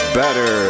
better